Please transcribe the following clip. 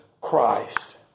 Christ